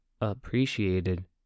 appreciated